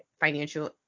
financial